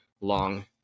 long